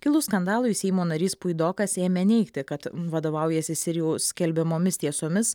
kilus skandalui seimo narys puidokas ėmė neigti kad vadovaująsis ir jų skelbiamomis tiesomis